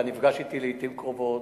אתה נפגש אתי לעתים קרובות.